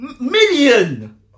Million